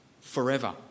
forever